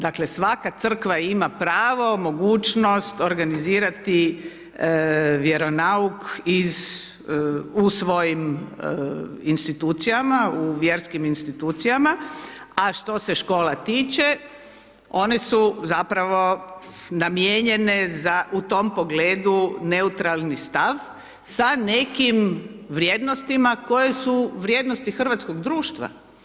Dakle, svaka crkva ima pravo, mogućnost organizirati vjeronauk iz u svojim institucijama u vjerskim institucijama, a što se škola tiče, one su zapravo namijenjene u tom pogledu za neutralni stav, sa nekim vrijednostima, koje su vrijednosti hrvatskog društva.